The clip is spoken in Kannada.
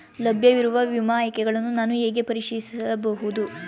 ಲಭ್ಯವಿರುವ ವಿಮಾ ಆಯ್ಕೆಗಳನ್ನು ನಾನು ಹೇಗೆ ಪರಿಶೀಲಿಸಬಹುದು?